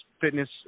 fitness